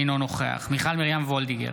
אינו נוכח מיכל מרים וולדיגר,